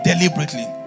deliberately